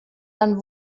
dann